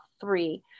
three